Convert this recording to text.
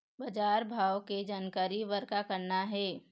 बजार भाव के जानकारी बर का करना हे?